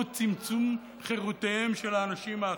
צמצום חירויותיהם של האנשים האחרים.